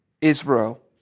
Israel